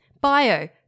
Bio